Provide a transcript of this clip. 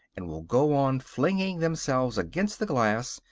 and will go on flinging themselves against the glass,